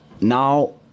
now